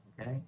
okay